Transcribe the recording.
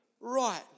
right